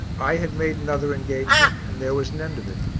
i had made another engagement and there was an end of it.